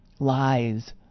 Lies